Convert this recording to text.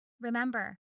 Remember